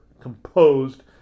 composed